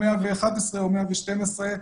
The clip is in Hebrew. או 111 או 112,